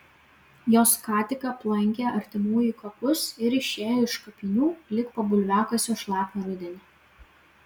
jos ką tik aplankė artimųjų kapus ir išėjo iš kapinių lyg po bulviakasio šlapią rudenį